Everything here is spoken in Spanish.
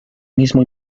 mismo